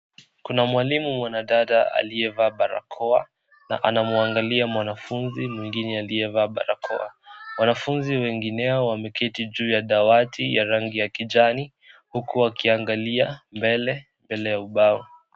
Kuna mwalimu mwanadada aliyevaa barakoa na anamwangalia mwanafunzi mwingine aliyevaa barakoa. Wanafunzi wengineo wameketi juu ya dawati ya rangi ya kijani huku wakiangalia mbele, mbele ya ubao.